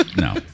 No